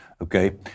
Okay